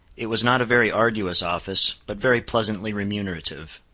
it was not a very arduous office, but very pleasantly remunerative.